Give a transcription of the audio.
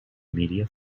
media